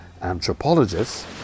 anthropologists